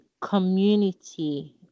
community